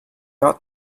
ought